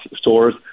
stores